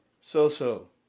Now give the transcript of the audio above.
so-so